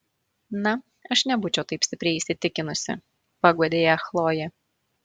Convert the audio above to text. na aš nebūčiau taip stipriai įsitikinusi paguodė ją chlojė